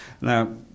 now